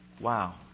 Wow